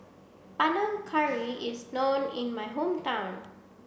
Panang Curry is known in my hometown